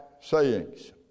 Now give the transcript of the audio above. sayings